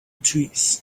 trees